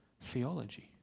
theology